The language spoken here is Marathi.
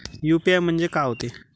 यू.पी.आय म्हणजे का होते?